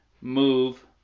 move